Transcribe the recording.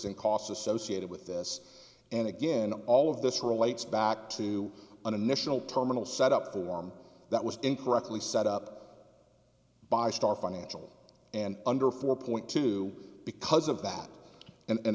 and costs associated with this and again all of this relates back to an initial terminal set up form that was incorrectly set up by star financial and under four point two because of that and